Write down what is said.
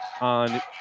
on